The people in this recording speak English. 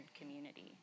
community